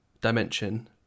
dimension